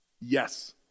Yes